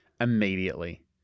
immediately